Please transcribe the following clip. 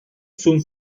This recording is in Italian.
nessun